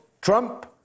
Trump